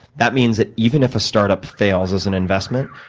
that means that even if a startup fails as an investment,